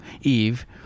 Eve